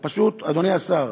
אדוני השר,